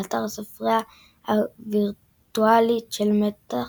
באתר הספרייה הווירטואלית של מטח